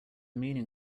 meaning